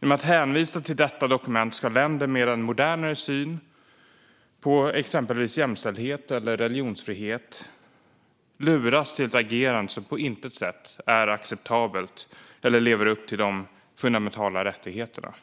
Genom att hänvisa till detta dokument ska länder med en modernare syn på exempelvis jämställdhet eller religionsfrihet luras till ett agerande som på intet sätt är acceptabelt eller lever upp till de fundamentala rättigheterna.